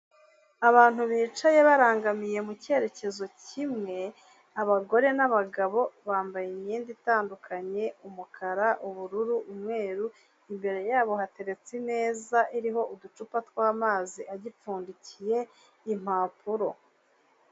Abantu bicaye barangamiye mu cyerekezo kimwe, abagore n'abagabo bambaye imyenda itandukanye, umukara, ubururu, umweru, imbere yabo hateretse imeza iriho uducupa tw'amazi agipfundikiye impapuro.